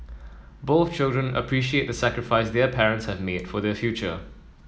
both children appreciate the sacrifice their parents have made for their future